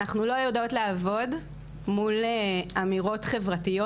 אנחנו לא יודעות לעבוד מול אמירות חברתיות,